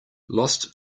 lost